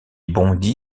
bondy